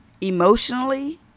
emotionally